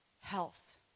health